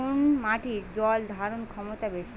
কোন মাটির জল ধারণ ক্ষমতা বেশি?